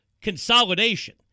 consolidation